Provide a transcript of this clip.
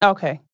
Okay